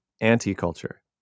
anti-culture